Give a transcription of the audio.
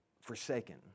forsaken